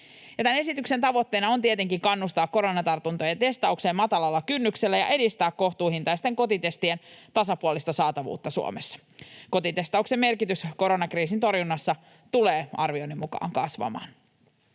Tämän esityksen tavoitteena on tietenkin kannustaa koronatartuntojen testaukseen matalalla kynnyksellä ja edistää kohtuuhintaisten kotitestien tasapuolista saatavuutta Suomessa. Kotitestauksen merkitys koronakriisin torjunnassa tulee arvioinnin mukaan kasvamaan.